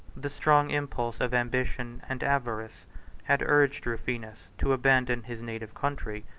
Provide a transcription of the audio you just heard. the strong impulse of ambition and avarice had urged rufinus to abandon his native country,